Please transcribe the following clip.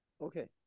okay